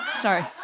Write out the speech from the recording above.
Sorry